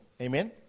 Amen